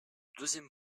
deuxième